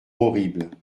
horribles